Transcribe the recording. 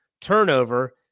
turnover